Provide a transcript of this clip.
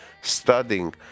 studying